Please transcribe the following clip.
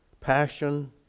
passion